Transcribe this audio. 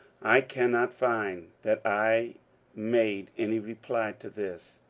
i cannot find that i made any reply to this.